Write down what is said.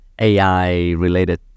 AI-related